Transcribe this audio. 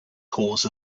cause